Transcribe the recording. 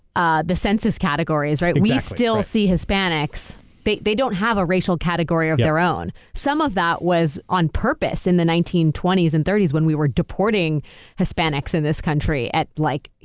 ah the census categories, we still see hispanics they they don't have a racial category of their own. some of that was on purpose in the nineteen twenty s and thirty s when we were deporting hispanics in this country at like,